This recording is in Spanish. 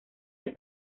las